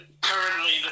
currently